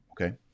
Okay